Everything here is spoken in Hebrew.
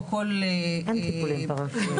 או כל --- אין טיפולים פרא-רפואיים,